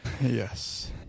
Yes